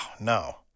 no